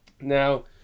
Now